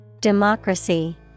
Democracy